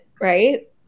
Right